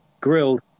grilled